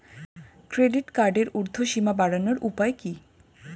Credit কার্ডের উর্ধ্বসীমা বাড়ানোর উপায় কি?